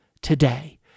today